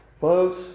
Folks